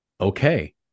okay